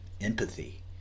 empathy